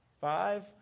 five